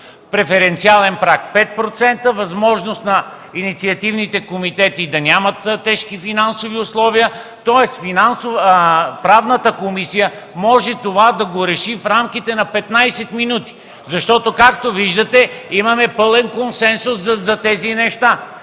преференциален праг 5%; възможност на инициативните комитети да нямат тежки финансови условия. Тоест Правната комисия може да реши това в рамките на 15 минути. Защото, както виждате, имаме пълен консенсус за тези неща.